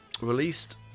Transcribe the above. released